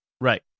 Right